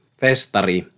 festari